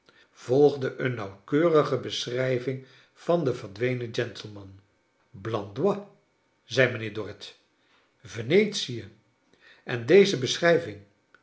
een nauwkeurige beschrijving van den verdwenen gentleman blandois zei mijnheer dorrit venetie en deze beschrijving